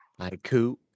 Haiku